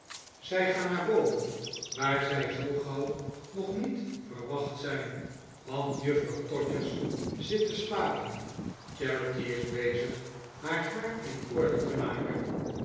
zij gaan naar boven waar zij zoo gauw nog niet verwacht zijn want juffrouw todgers zit te slapen charity is bezig haar haar in orde te maken